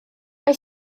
mae